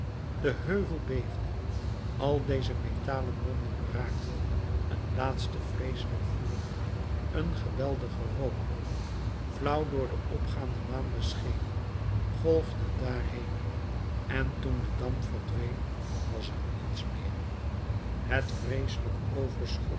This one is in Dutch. de heuvel beefde al deze metalen monden braakten een laatste vreeselijk vuur een geweldige rookwolk flauw door de opgaande maan beschenen golfde daarheen en toen de damp verdween was er niets meer het vreeselijk overschot